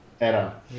era